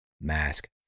mask